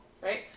right